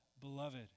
beloved